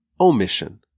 omission